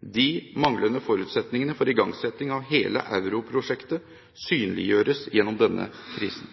De manglende forutsetningene for igangsetting av hele europrosjektet synliggjøres gjennom denne krisen.